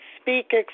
speak